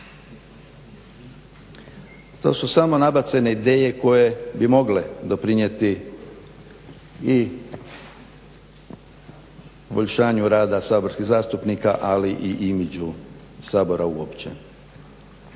To su samo nabacane ideje koje bi mogle doprinijeti i poboljšanju rada saborskih zastupnika ali i imidžu Sabora uopće.